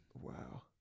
Wow